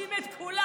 מאשים את כולם.